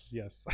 yes